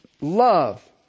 love